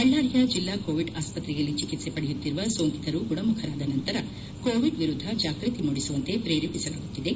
ಬಳ್ಳಾರಿಯ ಜಿಲ್ಡಾ ಕೋವಿಡ್ ಆಸ್ಪತ್ರೆಯಲ್ಲಿ ಚಿಕಿತ್ವೆ ಪಡೆಯುತ್ತಿರುವ ಸೋಂಕಿತರು ಗುಣಮುಖರಾದ ನಂತರ ಕೋವಿಡ್ ವಿರುದ್ದ ಜಾಗೃತಿ ಮೂಡಿಸುವಂತೆ ಪ್ರೇರೆಪಿಸಲಾಗುತ್ತಿದೆ